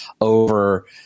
over